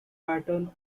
pattern